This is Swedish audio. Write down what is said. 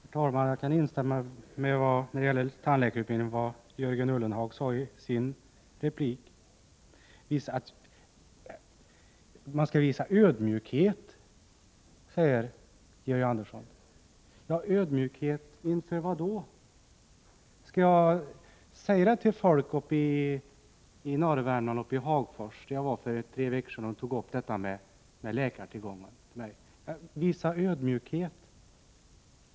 Herr talman! Jag kan instämma i vad Jörgen Ullenhag sade i sin replik när det gäller tandläkarutbildningen. Man skall visa ödmjukhet, säger Georg Andersson. Ödmjukhet inför vad? Skall jag säga till folk uppe i norra Värmland, som väntat länge på att få komma in för behandling på sjukhus: Visa ödmjukhet!